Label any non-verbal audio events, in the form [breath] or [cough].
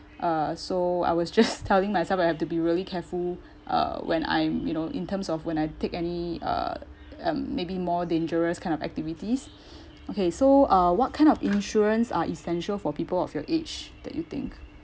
uh so I was just [laughs] telling myself I have to be really careful uh when I'm you know in terms of when I take any uh um maybe more dangerous kind of activities [breath] okay so uh what kind of insurance are essential for people of your age that you think